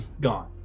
gone